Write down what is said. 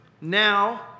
now